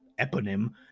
eponym